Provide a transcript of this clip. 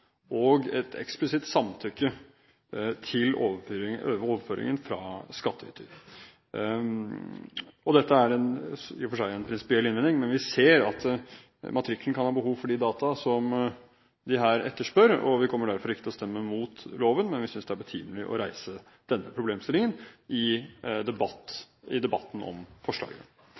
og et eksplisitt samtykke til overføringen fra skattyter. Dette er i og for seg en prinsipiell innvending, men vi ser at matrikkelen kan ha behov for de data som de her etterspør. Vi kommer derfor ikke til å stemme imot loven, men vi synes det er betimelig å reise denne problemstillingen i debatten om forslaget.